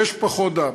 יש פחות דם,